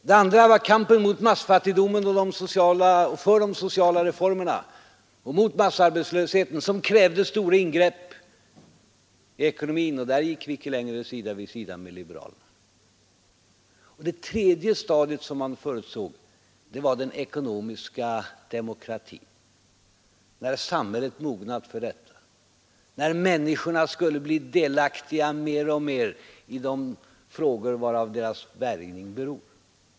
Det andra skedet var kampen mot massfattigdomen och massarbetslösheten och för de sociala reformerna som krävde stora ingrepp i ekonomin. Där gick vi inte längre sida vid sida med liberalerna. Det tredje stadiet som han förutsåg var den ekonomiska demokratin, när samhället hade mognat för den. Då skulle människorna bli mer och mer delaktiga i de frågor av vilka deras Nr 99 bärgning berodde.